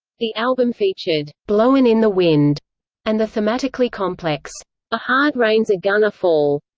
the album featured blowin' in the wind and the thematically complex a hard rain's a-gonna fall.